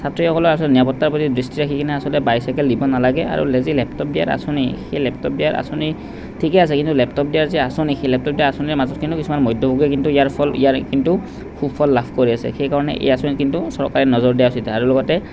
ছাত্ৰীসকলৰ আচলতে নিৰাপত্তাৰ প্ৰতি দৃষ্টি ৰাখিকিনে আচলতে বাইচাইকেল দিব নালাগে আৰু লে যি লেপটপ দিয়াৰ আঁচনি সেই লেপটপ দিয়াৰ আঁচনি ঠিকে আছে কিন্তু লেপটপ দিয়াৰ যি আঁচনি সেই লেপটপ দিয়াৰ আঁচনিৰ মাজত কিন্তু কিছুমান মধ্যভোগীয়ে কিন্তু ইয়াৰ ফল ইয়াৰ কিন্তু সুফল লাভ কৰি আছে সেই কাৰণে এই আঁচনিত কিন্তু চৰকাৰে নজৰ দিয়া উচিত আৰু লগতে